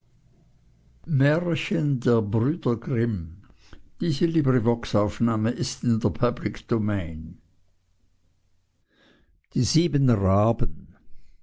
die sieben raben